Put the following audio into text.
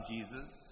Jesus